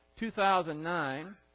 2009